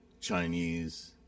Chinese